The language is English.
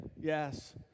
Yes